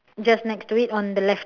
just next to it on the left